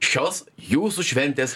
šios jūsų šventės